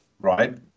right